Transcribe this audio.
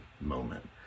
moment